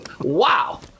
Wow